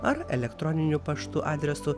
ar elektroniniu paštu adresu